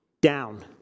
Down